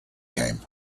came